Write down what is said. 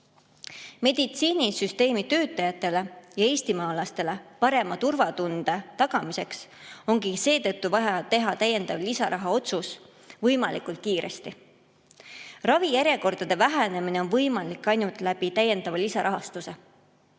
Meditsiinisüsteemi töötajatele ja eestimaalastele parema turvatunde tagamiseks ongi seetõttu vaja teha lisarahaotsus võimalikult kiiresti. Ravijärjekordade vähenemine on võimalik ainult lisarahastuse